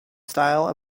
style